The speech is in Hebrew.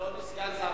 אדוני סגן השר,